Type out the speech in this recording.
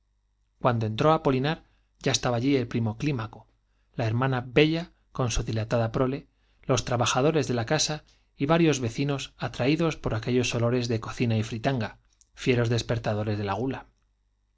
cuando entró apolinar ya estaba allí el primo clímaco la hermana bella con su dilatada prole los trabajadores de la casa y varios vecinos atraídos por aquellos olores de cocina y fritanga fieros despertadores de la gula